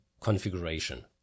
configuration